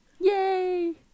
Yay